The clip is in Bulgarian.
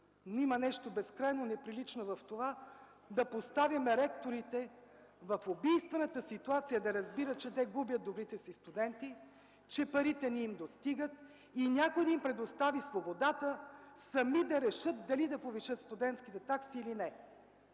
има нещо безкрайно неприлично в това да поставим ректорите в убийствената ситуация да разбират, че те губят добрите си студенти, че парите не им достигат и някой да им предостави свободата сами да решат дали да повишат студентските такси или не!